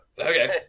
Okay